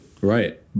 Right